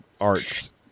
arts